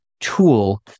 tool